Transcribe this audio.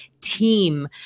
team